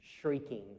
shrieking